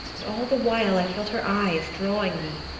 but all the while i felt her eyes drawing me,